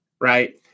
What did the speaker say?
right